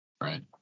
Right